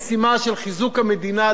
הדמוקרטיה והחברה הישראלית,